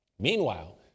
Meanwhile